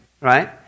right